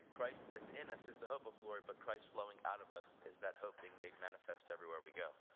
christ that's in us is the hope of glory, but christ flowing out of us is that hope being made manifest everywhere we go.